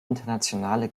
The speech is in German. internationale